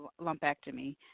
lumpectomy